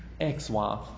ex-wife